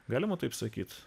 galima taip sakyti